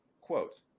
quote